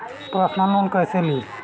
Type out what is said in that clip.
Personal loan कैसे ली?